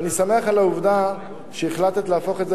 ואני שמח על העובדה שהחלטת להפוך את זה